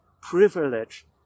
privilege